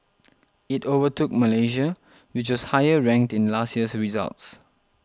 it overtook Malaysia which was higher ranked in last year's results